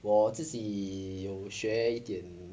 我自己有学一点